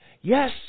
Yes